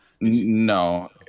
no